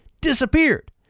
disappeared